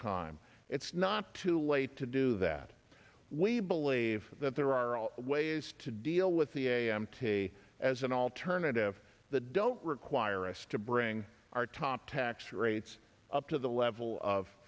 time it's not too late to do that we believe that there are ways to deal with the a m t as an alternative that don't require us to bring our top tax rates up to the level of